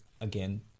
again